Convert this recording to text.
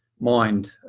mind